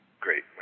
Great